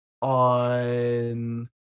on